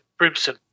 Brimson